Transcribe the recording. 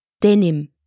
denim